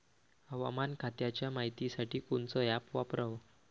हवामान खात्याच्या मायतीसाठी कोनचं ॲप वापराव?